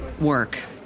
work